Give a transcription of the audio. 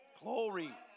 Glory